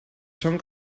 són